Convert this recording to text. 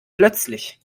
plötzlich